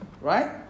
right